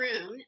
room